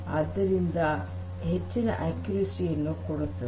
ಆದ್ದರಿಂದ ಇದು ಹೆಚ್ಚಿನ ನಿಖರತೆಯನ್ನು ಕೊಡುತ್ತದೆ